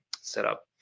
setup